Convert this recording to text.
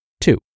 Two